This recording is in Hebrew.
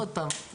עוד פעם,